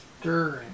stirring